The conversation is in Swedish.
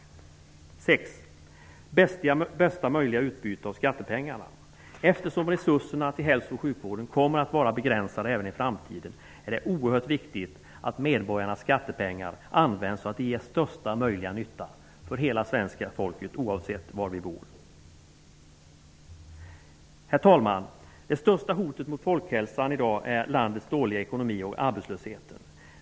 För det sjätte: Bästa möjliga utbyte av skattepengarna. Eftersom resurserna till hälso och sjukvården kommer att vara begränsade även i framtiden, är det oerhört viktigt att medborgarnas skattepengar används så att de ger största möjliga nytta för hela svenska folket, oavsett var man bor. Herr talman! De största hoten mot folkhälsan i dag är landets dåliga ekonomi och arbetslösheten.